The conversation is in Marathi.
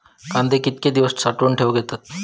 कांदे कितके दिवस साठऊन ठेवक येतत?